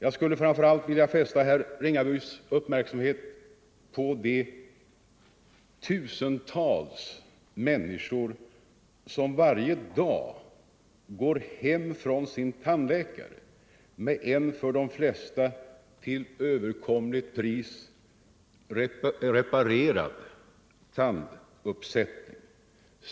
Jag skulle framför allt vilja fästa herr Ringabys uppmärksamhet på de tusentals människor som varje dag går hem från sin tandläkare med en för de flesta till överkomligt pris reparerad tanduppsättning.